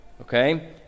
okay